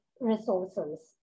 resources